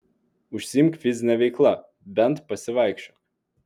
užsiimk fizine veikla bent pasivaikščiok